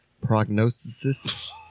prognosis